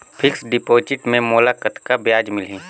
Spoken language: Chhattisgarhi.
फिक्स्ड डिपॉजिट मे मोला कतका ब्याज मिलही?